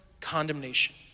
condemnation